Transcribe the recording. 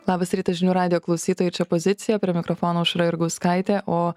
labas rytas žinių radijo klausytojai čia pozicija prie mikrofono aušra jurgauskaitė o